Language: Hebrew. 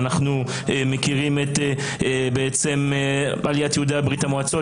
אנחנו מכירים את עליית יהודי ברית-המועצות,